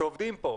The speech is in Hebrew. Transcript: שעובדים כאן,